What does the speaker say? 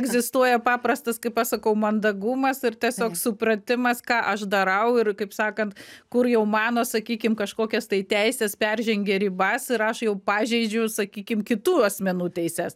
egzistuoja paprastas kaip aš sakau mandagumas ir tiesiog supratimas ką aš darau ir kaip sakant kur jau mano sakykim kažkokios tai teisės peržengia ribas ir aš jau pažeidžiu sakykim kitų asmenų teises